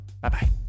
Bye-bye